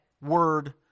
word